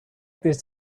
this